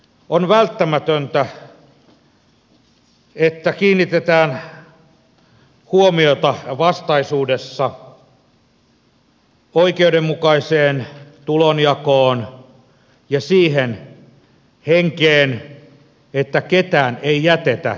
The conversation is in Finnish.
on välttämätöntä että kiinnitetään huomiota vastaisuudessa oikeudenmukaiseen tulonjakoon ja siihen henkeen että ketään ei jätetä